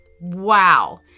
Wow